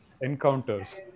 encounters